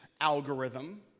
algorithm